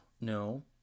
no